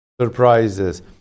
surprises